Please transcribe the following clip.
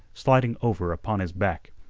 sliding over upon his back.